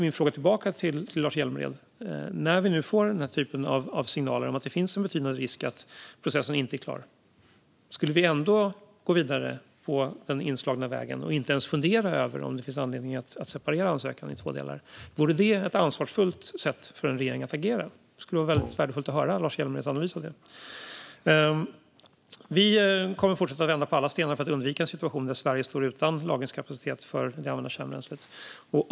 Min fråga tillbaka till Lars Hjälmered är: Skulle vi när vi nu får denna typ av signaler om att det finns en betydande risk för att processen inte kommer att vara klar ändå gå vidare på den inslagna vägen och inte ens fundera över om det finns anledning att separera ansökan i två delar? Vore detta ett ansvarsfullt sätt för en regering att agera på? Det skulle vara väldigt värdefullt att få höra Lars Hjälmereds analys av det. Vi kommer att fortsätta att vända på alla stenar för att undvika en situation där Sverige står utan lagringskapacitet för det använda kärnbränslet.